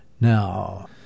Now